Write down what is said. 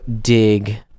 dig